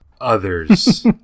others